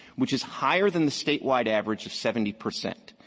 which is higher than the statewide average of seventy percent.